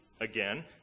again